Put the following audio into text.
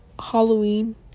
Halloween